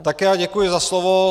Také já děkuji za slovo.